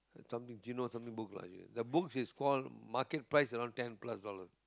somethine Geno something book lah the book is call market price around ten plus dollars